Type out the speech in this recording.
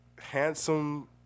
handsome